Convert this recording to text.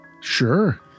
Sure